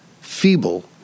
feeble